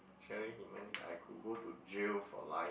generally he meant I could go to jail for life